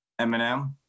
Eminem